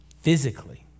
Physically